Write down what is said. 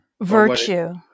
Virtue